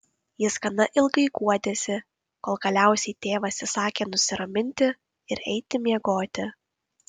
jis gana ilgai guodėsi kol galiausiai tėvas įsakė nusiraminti ir eiti miegoti